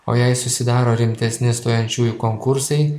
o jei susidaro rimtesni stojančiųjų konkursai